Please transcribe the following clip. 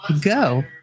go